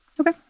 Okay